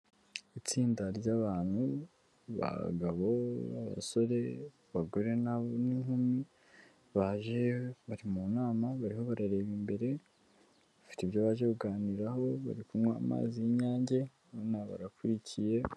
Itsinda ry'abantu abagabo' abasore abagore n'inkumi, baje bari mu nama bariho barareba imbere bafite ibyo baje kuganiraho bari kunywa amazi y'inyange barakurikiye.